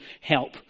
help